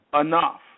enough